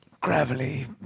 Gravelly